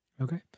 Okay